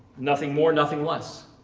nothing more, nothing less.